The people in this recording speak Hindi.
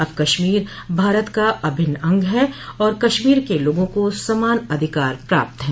अब कश्मीर भारत का अभिन्न अंग है और कश्मीर के लोगों को समान अधिकार प्राप्त है